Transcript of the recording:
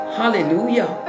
hallelujah